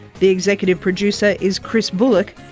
the executive producer is chris bullock,